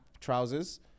trousers